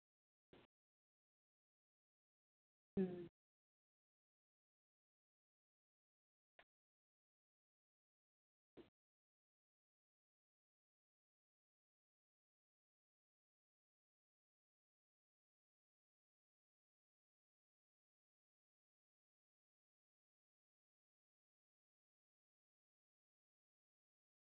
ᱦᱩᱸ